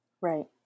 Right